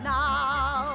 now